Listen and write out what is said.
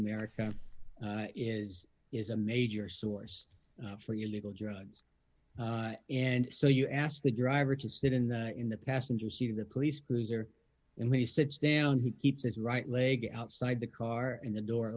america is is a major source for your legal drugs and so you asked the driver to sit in in the passenger seat of the police cruiser and when he sits down he keeps his right leg outside the car in the door